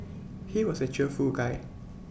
he was A cheerful guy